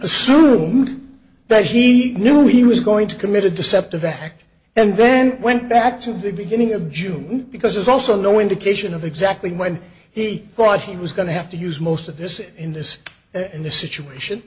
assumed that he knew he was going to commit a deceptive back and then went back to the beginning of june because there's also no indication of exactly when he thought he was going to have to use most of this in this and the situation